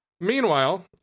Meanwhile